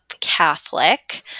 Catholic